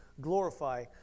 glorify